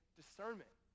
discernment